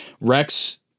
Rex